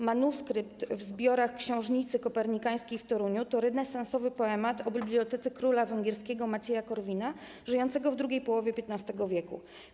Manuskrypt w zbiorach Książnicy Kopernikańskiej w Toruniu to renesansowy poemat o bibliotece króla węgierskiego Macieja Korwina żyjącego w II połowie XV w.